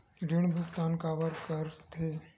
ऋण भुक्तान काबर कर थे?